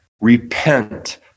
repent